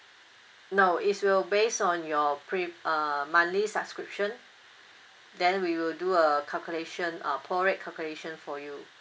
no it will be based on your uh monthly subscription then we will do a calculation uh pro rate calculation for you